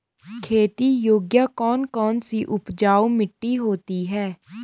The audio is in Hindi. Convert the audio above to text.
खेती योग्य कौन कौन सी उपजाऊ मिट्टी होती है?